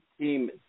Team